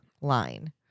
line